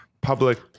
public